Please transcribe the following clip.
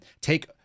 take